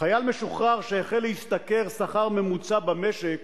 חייל משוחרר שהחל להשתכר שכר ממוצע במשק